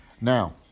Now